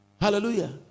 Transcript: Hallelujah